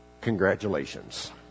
Congratulations